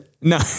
no